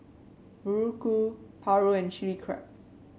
muruku paru and Chili Crab